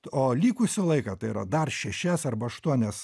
o likusio laiko tai yra dar šešias arba aštuonias